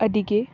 ᱟᱹᱰᱤ ᱜᱮ